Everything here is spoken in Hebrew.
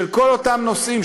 של כל אותם נושאים,